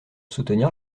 soutenir